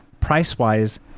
price-wise